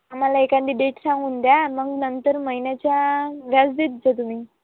मला एखादी डेट सांगून द्या मग नंतर महिन्याच्या व्याज देत जा तुम्ही